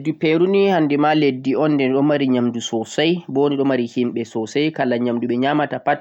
Leddi Peeru ni hanndi ma leddi on nde ndu ɗon mari nyaamndu soosay, boo ndu mari yimɓe soosay, kala nyaamndu ɓe nyaamata pat